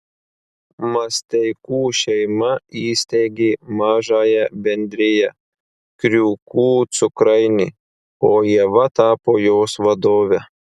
masteikų šeima įsteigė mažąją bendriją kriūkų cukrainė o ieva tapo jos vadove